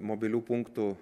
mobilių punktų